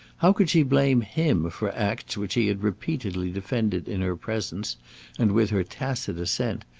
how could she blame him for acts which he had repeatedly defended in her presence and with her tacit assent,